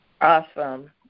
Awesome